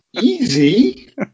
Easy